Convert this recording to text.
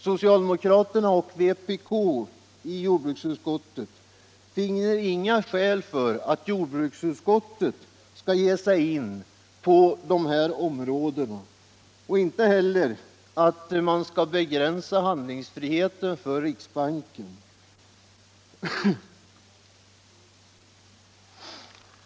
Socialdemokraternas och vpk:s representanter i jordbruksutskottet finner inga skäl för att jordbruksutskottet skall ge sig in på dessa områden, inte heller att man skall begränsa handlingsfriheten för riksbanken.